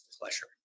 pleasure